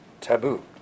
taboo